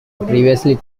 previously